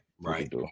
right